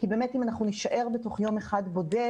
כי באמת אם אנחנו נישאר בתוך יום אחד בודד,